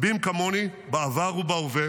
"רבים כמוני בעבר ובהווה